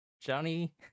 Johnny